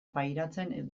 pairatzen